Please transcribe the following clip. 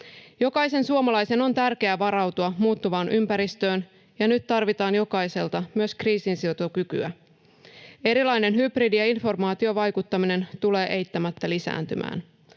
Jokaisen suomalaisen on tärkeää varautua muuttuvaan ympäristöön, ja nyt tarvitaan jokaiselta myös kriisinsietokykyä. Erilainen hybridi- ja informaatiovaikuttaminen tulee eittämättä lisääntymään.